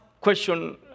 question